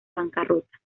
bancarrota